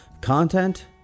content